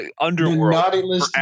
underworld